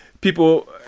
people